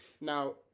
Now